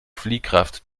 fliehkraft